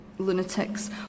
lunatics